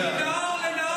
מנאור לנאור אתה לא נאור.